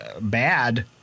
Bad